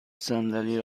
صندلی